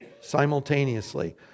simultaneously